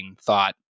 thought